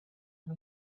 and